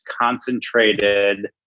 concentrated